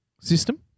system